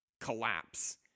collapse